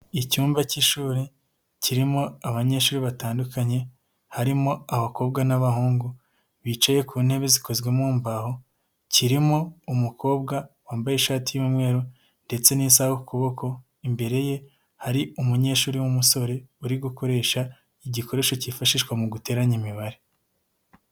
Icyumba k'ishuri kirimo abanyeshuri batandukanye harimo abakobwa n'abahungu bicaye ku ntebe zikozwe mu mbaho, kirimo umukobwa wambaye ishati y'umweru ndetse n'isaha ku kuboko imbere ye hari umunyeshuri w'umusore uri gukoresha igikoresho kifashishwa mu guteranya imibare.